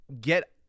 get